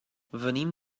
venim